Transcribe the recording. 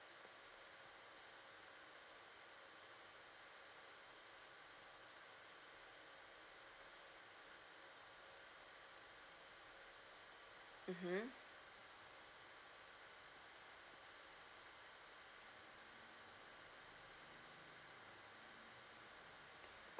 hmm